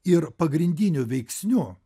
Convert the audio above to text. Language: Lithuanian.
ir pagrindiniu veiksniu